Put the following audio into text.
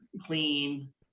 clean